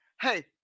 hey